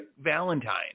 Valentine